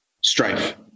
Strife